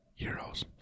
Euros